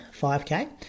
5K